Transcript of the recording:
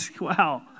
Wow